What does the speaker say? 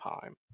time